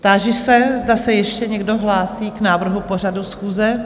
Táži se, zda se ještě někdo hlásí k návrhu pořadu schůze?